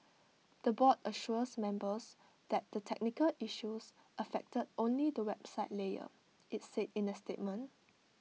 the board assures members that the technical issues affected only the website layer IT said in A statement